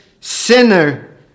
sinner